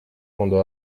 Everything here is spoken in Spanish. cuando